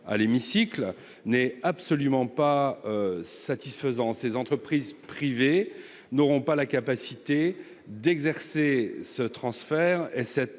à l'hémicycle, n'est absolument pas satisfaisant. Les entreprises privées n'auront pas la capacité d'exercer ce transfert et cette